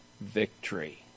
victory